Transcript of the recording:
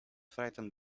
frightened